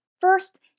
First